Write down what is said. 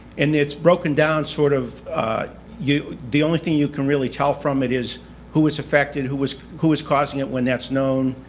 and it's broken down sort of the only thing you can really tell from it is who was affected, who was who was causing it, when that's known,